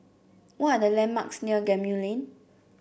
what are the landmarks near Gemmill Lane